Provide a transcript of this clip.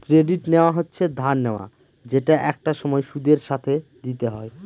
credit নেওয়া হচ্ছে ধার নেওয়া যেটা একটা সময় সুদের সাথে দিতে হয়